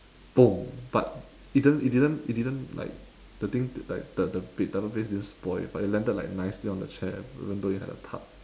boom but it didn't it didn't it didn't like the thing like the the ba~ double bass didn't spoil but it landed like nicely on the chair even though it had a thud